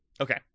Okay